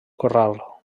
corral